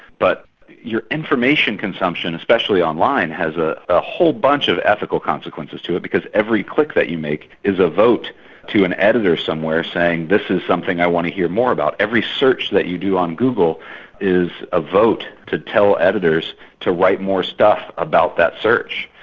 but your information consumption, especially online, has ah a whole bunch of ethical consequences to it, because every click that you make is a vote to an editor somewhere saying this is something i want to hear more about. every search that you do on google is a vote to tell editors to write more stuff about that search.